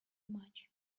much